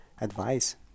advice